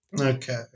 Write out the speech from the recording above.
Okay